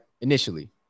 initially